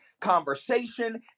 conversation